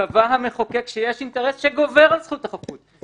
קבע המחוקק שיש אינטרס שגובר על זכות החפות,